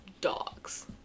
dog's